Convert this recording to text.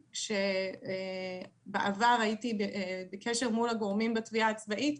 כשהייתי בעבר בקשר מול הגורמים בתביעה הצבאית,